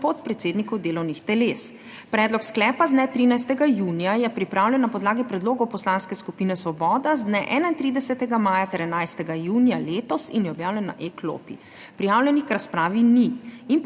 podpredsednikov delovnih teles. Predlog sklepa z dne 13. junija je pripravljen na podlagi predlogov Poslanske skupine Svoboda z dne 31. maja ter 11. junija letos in je objavljen na e-klopi. Prijavljenih k razpravi ni.